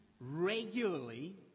regularly